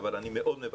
אבל אני מאוד מבקש,